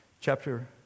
chapter